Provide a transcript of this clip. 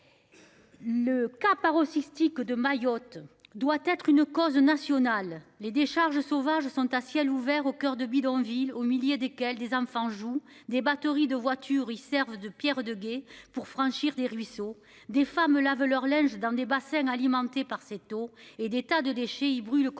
Le cas paroxystique de Mayotte doit être une cause nationale. Les décharges sauvages sont à ciel ouvert, au coeur de bidonvilles au milieu desquels des enfants jouent des batteries de voitures, ils servent de Pierre de gué pour franchir des ruisseaux, des femmes lavent leur linge dans des bassins alimentés par ses taux et des tas de déchets il brûle continuellement